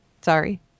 sorry